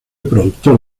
productor